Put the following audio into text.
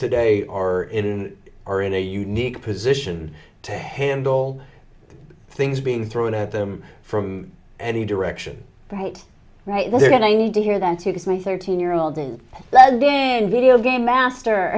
today are in are in a unique position to handle things being thrown at them from any direction right right there and i need to hear that it's my thirteen year old and then video game master